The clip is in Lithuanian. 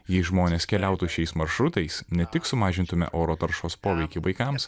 jei žmonės keliautų šiais maršrutais ne tik sumažintume oro taršos poveikį vaikams